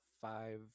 five